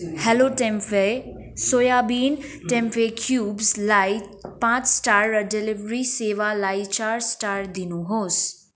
hello टेम्पाए soybean tempeh क्युब्सलाई पाँच स्टार र डेलिभरी सेवालाई चार स्टार दिनुहोस्